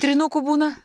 trynukų būna